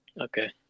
Okay